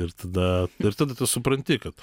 ir tada ir tada tu supranti kad